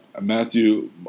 matthew